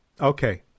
Okay